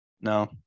no